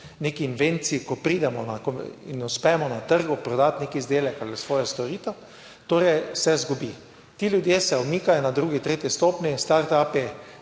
neki invenciji, ko pridemo in uspemo na trgu prodati neki izdelek ali svojo storitev, torej se izgubi. Ti ljudje se umikajo na drugi, tretji stopnji Start upi,